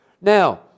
Now